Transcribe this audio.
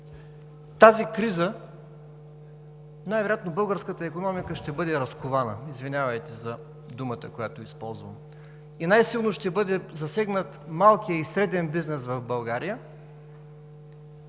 тази криза най-вероятно българската икономика ще бъде разкована. Извинявайте за думата, която използвам. Най-силно ще бъде засегнат малкият и среден бизнес в България,